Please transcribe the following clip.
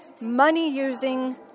money-using